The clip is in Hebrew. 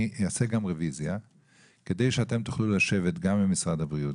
אני אעשה רוויזיה כדי שאתם תוכלו לשבת גם עם משרד הבריאות,